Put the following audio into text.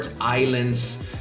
islands